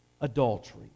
adultery